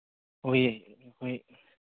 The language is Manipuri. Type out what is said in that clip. ꯍꯣꯏ ꯍꯣꯏ